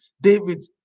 David